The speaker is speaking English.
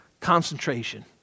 Concentration